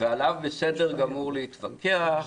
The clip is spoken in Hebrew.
וזה בסדר גמור להתווכח,